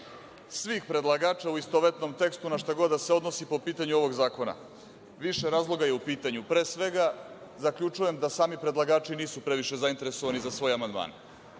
svih predlagača u istovetnom tekstu, na šta god da se odnosi po pitanju ovog zakona. Više razloga je u pitanju. Pre svega, zaključujem da sami predlagači nisu previše zainteresovani za svoje amandmane.